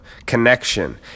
Connection